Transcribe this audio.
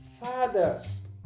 fathers